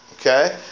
Okay